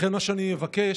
לכן מה שאני אבקש,